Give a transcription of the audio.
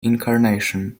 incarnation